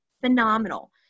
phenomenal